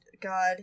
God